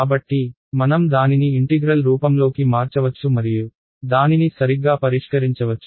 కాబట్టి మనం దానిని ఇంటిగ్రల్ రూపంలోకి మార్చవచ్చు మరియు దానిని సరిగ్గా పరిష్కరించవచ్చు